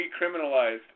decriminalized